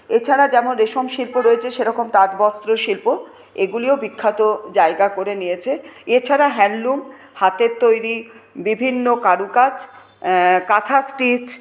এছাড়া যেমন রেশমশিল্প রয়েছে সেরকম তাঁতবস্ত্রশিল্প এগুলিও বিখ্যাত জায়গা করে নিয়েছে এছাড়া হ্যান্ডলুম হাতের তৈরি বিভিন্ন কারুকাজ কাঁথা স্টিচ